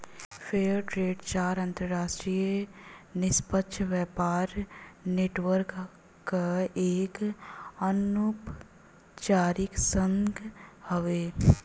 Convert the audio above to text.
fair trade चार अंतरराष्ट्रीय निष्पक्ष व्यापार नेटवर्क क एक अनौपचारिक संघ हउवे